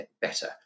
better